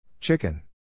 Chicken